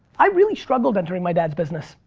i really struggled entering my dad's business.